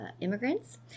immigrants